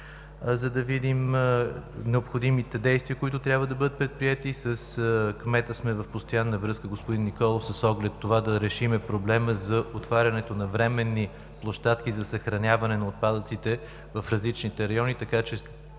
за да видим необходимите действия, които трябва да бъдат предприети. С кмета сме в постоянна връзка – господин Николов, с оглед на това да решим проблема за отварянето на временни площадки за съхраняване на отпадъците в различните райони, така че